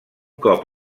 cop